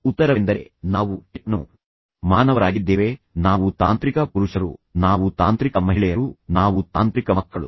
ಉತ್ತರವೆಂದರೆ ನಾವು ಟೆಕ್ನೋ ಮಾನವರಾಗಿದ್ದೇವೆ ನಾವು ತಾಂತ್ರಿಕ ಪುರುಷರು ನಾವು ತಾಂತ್ರಿಕ ಮಹಿಳೆಯರು ನಾವು ತಾಂತ್ರಿಕ ಮಕ್ಕಳು